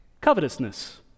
Covetousness